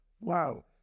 wow